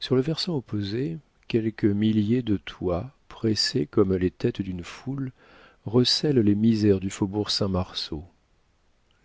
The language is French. sur le versant opposé quelques milliers de toits pressés comme les têtes d'une foule recèlent les misères du faubourg saint-marceau